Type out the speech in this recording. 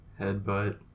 Headbutt